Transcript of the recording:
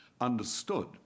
understood